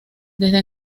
desde